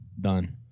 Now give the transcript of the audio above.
Done